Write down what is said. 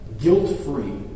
guilt-free